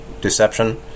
deception